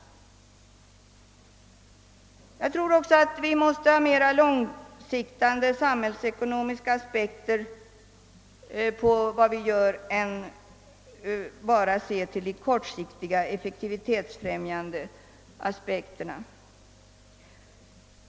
Vidare tror jag att vi måste anlägga mera långsiktande samhällsekonomiska aspekter på vad vi gör. Vi får inte bara se till de kortsiktigt effektiva åtgärderna.